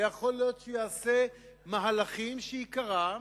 ויכול להיות שיעשה מהלכים שעיקרם